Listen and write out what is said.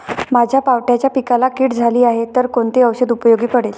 माझ्या पावट्याच्या पिकाला कीड झाली आहे तर कोणते औषध उपयोगी पडेल?